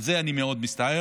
על זה אני מאוד מצטער.